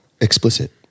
Explicit